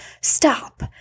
stop